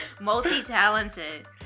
multi-talented